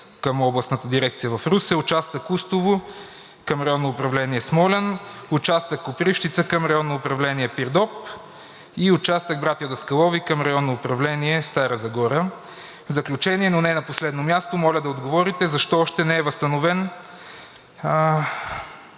„Вародейка“, на ОДМВР – Русе; Участък – Устово, към Районно управление – Смолян; Участък – Копривщица, към Районно управление – Пирдоп; и Участък – Братя Даскалови, към Районно управление – Стара Загора? В заключение, но не на последно място, моля да отговорите: защо още не е възстановен